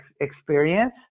experience